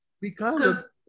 Because-